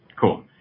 Cool